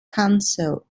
council